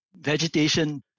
vegetation